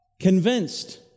convinced